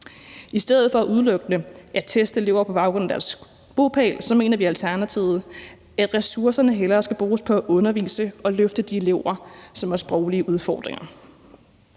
I stedet for udelukkende at teste elever på baggrund af deres bopæl mener vi i Alternativet, at ressourcerne hellere skal bruges på at undervise og løfte de elever, som har sproglige udfordringer.